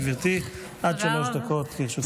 בבקשה, גברתי, עד שלוש דקות לרשותך.